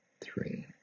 three